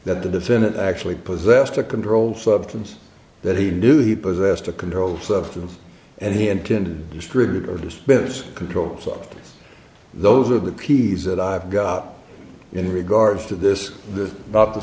that the defendant actually possessed a controlled substance that he knew he possessed a controlled substance and he intended distributor dispense controls of those of the peas that i've got in regards to this the about the